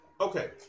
okay